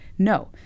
No